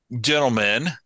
gentlemen